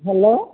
hello